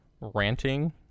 ranting